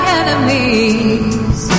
enemies